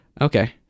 Okay